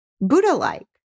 Buddha-like